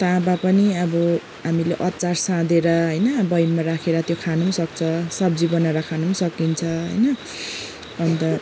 तामा पनि अब हामीले अचार साँधेर होइन बयममा राखेर त्यो खानु पनि सक्छ सब्जी बनाएर खानु पनि सकिन्छ होइन अन्त